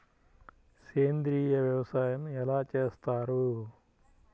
సేంద్రీయ వ్యవసాయం ఎలా చేస్తారు?